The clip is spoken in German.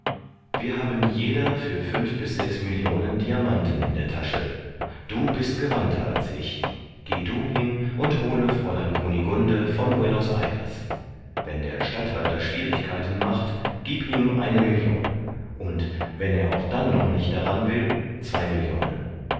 wir haben jeder für fünf bis sechs millionen diamanten in der tasche du bist gewandter als ich geh du hin und hole fräulein kunigunde von buenos ayres wenn der statthalter schwierigkeiten macht gieb ihm eine million und wenn er auch dann noch nicht daran will zwei millionen